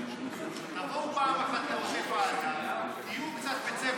תבואו פעם אחת לעוטף עזה, תהיו קצת בצבע